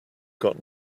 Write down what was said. got